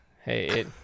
hey